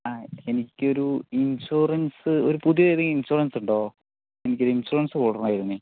എനിക്കൊരു ഇൻഷുറൻസ് പുതിയ ഏതെങ്കിലും ഇൻഷുറൻസ് ഉണ്ടോ എനിക്ക് ഒരു ഇൻഷുറൻസ് കൂടണമായിരുന്നേ